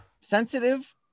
sensitive